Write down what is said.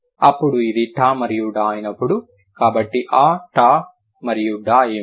అప్పుడు అది ట మరియు డ అయినప్పుడు కాబట్టి ఆ ట మరియు డ ఏమిటి